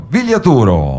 Vigliaturo